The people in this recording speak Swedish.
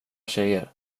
tjejer